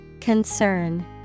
Concern